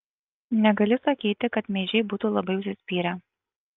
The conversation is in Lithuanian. negali sakyti kad meižiai būtų labai užsispyrę